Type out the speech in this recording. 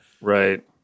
Right